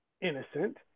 innocent